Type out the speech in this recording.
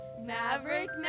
Maverick